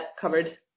covered